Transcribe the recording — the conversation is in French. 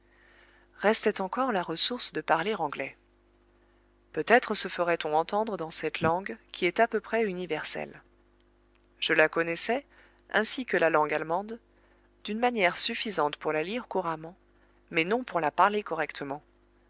restait encore la ressource de parler anglais peut-être se ferait-on entendre dans cette langue qui est à peu près universelle je la connaissais ainsi que la langue allemande d'une manière suffisante pour la lire couramment mais non pour la parler correctement